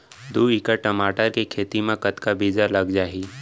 दू एकड़ टमाटर के खेती मा कतका बीजा लग जाही?